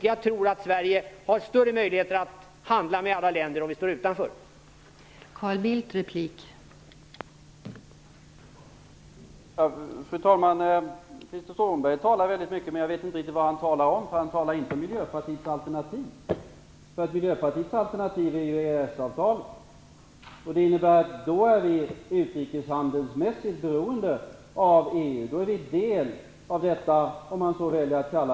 Jag tror att Sverige har större möjligheter att handla med alla länder om vi står utanför EU.